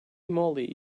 moly